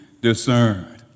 Discerned